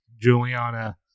Juliana